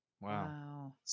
Wow